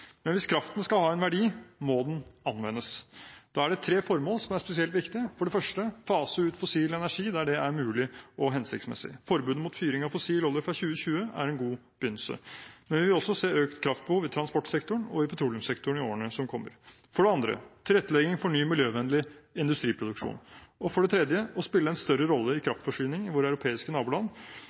men hvis kraften skal ha en verdi, må den anvendes. Da er det tre formål som er spesielt viktig. For det første: fase ut fossil energi der det er mulig og hensiktsmessig. Forbud mot fyring av fossil olje fra 2020 er en god begynnelse, men vi vil også se økt kraftbehov i transportsektoren og i petroleumssektoren i årene som kommer. For det andre: tilrettelegging for ny miljøvennlig industriproduksjon. For det tredje: spille en større rolle i kraftforsyningen i våre europeiske naboland